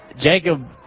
Jacob